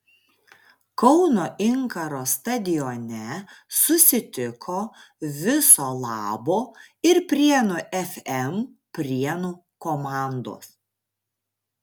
kauno inkaro stadione susitiko viso labo ir prienų fm prienų komandos